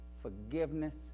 Forgiveness